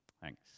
thanks